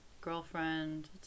girlfriend